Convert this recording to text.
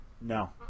No